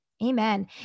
Amen